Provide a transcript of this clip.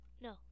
no